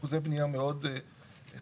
אחוזי בנייה מאוד תחומים.